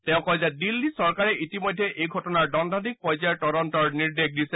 তেওঁ কয় যে দিল্লী চৰকাৰে ইতিমধ্যে এই ঘটনাৰ দণ্ডাধীশ পৰ্যায়ৰ তদন্তৰ নিৰ্দেশ দিছে